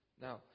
Now